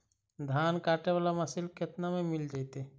धान काटे वाला मशीन केतना में मिल जैतै?